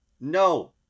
No